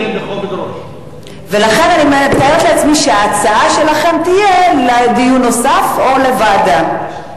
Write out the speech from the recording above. לכן אני מתארת לעצמי שההצעה שלכם תהיה לדיון נוסף או לוועדה.